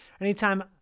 anytime